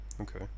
okay